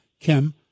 Kim